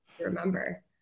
remember